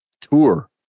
tour